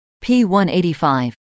P-185